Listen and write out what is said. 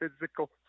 physical